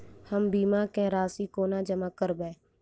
हम बीमा केँ राशि कोना जमा करबै?